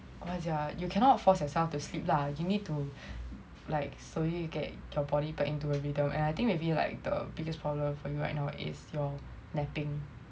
yeah sia you cannot force yourself to sleep lah you need to like slowly get your body back into the rhythm and I think maybe like the biggest problem for you right now is your napping